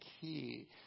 key